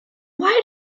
why